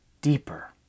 deeper